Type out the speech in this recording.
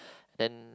then